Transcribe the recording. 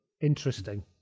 interesting